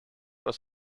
was